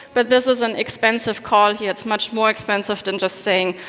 but this is an expensive call here. it is much more expensive than just saying,